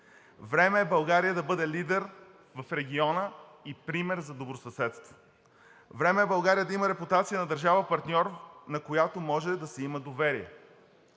Време е България да бъде лидер в региона и пример за добросъседство. Време е България да има репутация на държава партньор, на която може да се има доверие.